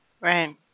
Right